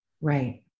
Right